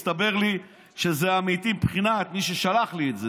הסתבר לי שזה אמיתי מבחינת מי ששלח לי את זה,